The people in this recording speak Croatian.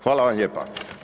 Hvala vam lijepa.